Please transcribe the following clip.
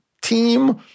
team